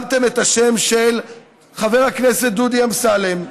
שמתם את השם של חבר הכנסת דודי אמסלם.